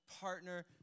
partner